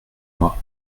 moi